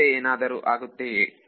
ಬೇರೆ ಏನಾದರೂ ಆಗುತ್ತೆಯೆ